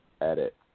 edit